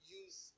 use